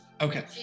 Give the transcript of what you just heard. Okay